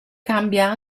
cambia